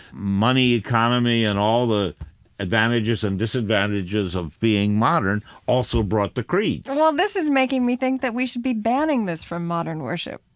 money, economy and all the advantages and disadvantages of being modern, also brought the creeds well, this is making me think that we should be banning this from modern worship